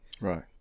Right